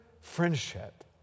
friendship